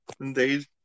Indeed